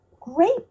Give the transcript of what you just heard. great